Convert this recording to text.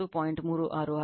36 ಆಗಿರುತ್ತದೆ